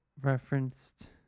referenced